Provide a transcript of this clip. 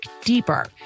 deeper